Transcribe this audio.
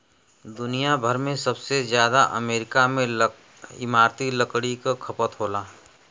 दुनिया भर में सबसे जादा अमेरिका में इमारती लकड़ी क खपत होला